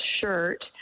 shirt